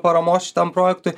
paramos šitam projektui